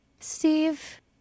Steve